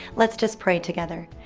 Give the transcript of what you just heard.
let's just pray together.